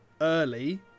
early